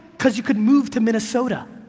because you could move to minnesota.